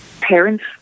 parents